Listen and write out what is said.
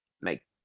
make